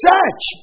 Search